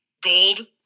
gold